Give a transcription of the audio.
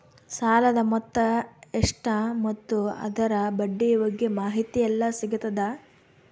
ಸಾಲದ ಮೊತ್ತ ಎಷ್ಟ ಮತ್ತು ಅದರ ಬಡ್ಡಿ ಬಗ್ಗೆ ಮಾಹಿತಿ ಎಲ್ಲ ಸಿಗತದ?